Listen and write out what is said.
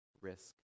risk